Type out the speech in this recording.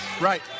Right